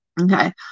Okay